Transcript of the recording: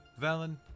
Valen